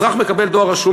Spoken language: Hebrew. אזרח מקבל דואר רשום,